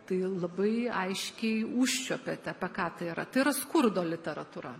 tai labai aiškiai užčiuopėte apie ką tai yra tai yra skurdo literatūra